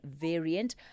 variant